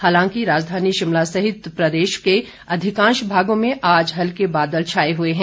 हालांकि राजधानी शिमला सहित प्रदेश के अधिकांश भागों में आज हल्के बादल छाए हुए हैं